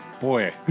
boy